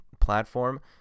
platform